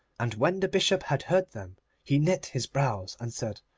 and when the bishop had heard them he knit his brows, and said,